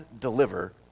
deliver